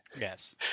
Yes